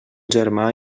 germà